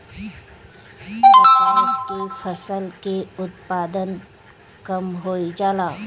कपास के फसल के उत्पादन कम होइ जाला?